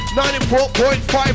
94.5